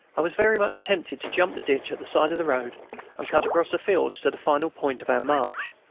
i was very much tempted to jump the ditch at the side of the road and cut across the fields to the final point of our march.